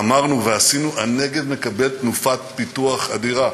אמרנו ועשינו, הנגב מקבל תנופת פיתוח אדירה.